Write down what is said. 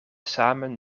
samen